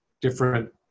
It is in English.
different